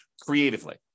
creatively